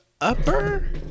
upper